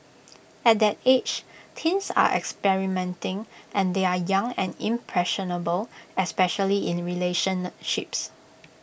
at that age teens are experimenting and they are young and impressionable especially in relationships